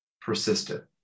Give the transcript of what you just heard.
persistent